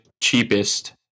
cheapest